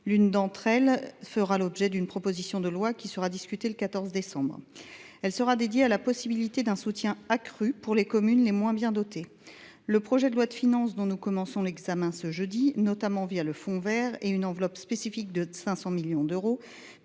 L’une d’entre elles est l’objet d’une proposition de loi qui sera discutée le 14 décembre prochain. Ce texte sera consacré à la possibilité d’un soutien accru pour les communes les moins bien dotées. Le projet de loi de finances, dont nous commençons l’examen ce jeudi, porte, notamment le fonds vert et une enveloppe spécifique de 500 millions d’euros,